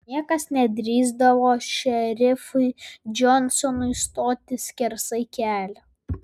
niekas nedrįsdavo šerifui džonsonui stoti skersai kelio